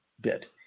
bit